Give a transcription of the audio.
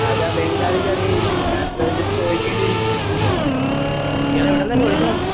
അത് ആ ബംഗാളിക്ക് അറിയാമായിരിക്കും കാരണം അത് ചോദിക്കേണ്ടി വരും ഇപ്പം ഇയാള് എവിടുന്നാണ് ഇപ്പോൾ വിളിക്കുന്നത്